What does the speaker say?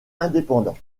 indépendant